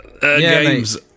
Games